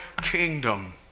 kingdom